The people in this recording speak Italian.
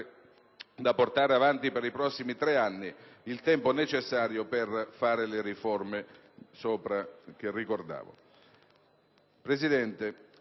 da portare avanti per i prossimi tre anni, il tempo necessario per fare le riforme che sopra ricordavo. Signora Presidente,